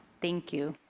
thank you